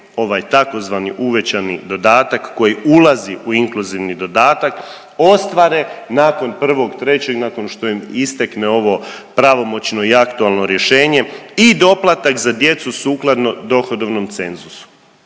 ovaj tzv. uvećani dodatak koji ulazi u inkluzivni dodatak ostvare nakon 1.03., nakon što im istekne ovo pravomoćno i aktualno rješenje i doplatak za djecu sukladno dohodovnom cenzusu.